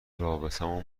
رابطمون